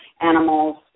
animals